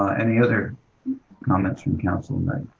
any other comments from council tonight?